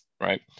right